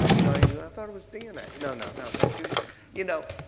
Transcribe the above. you know thought it was dna. no, no, no, they're two you know,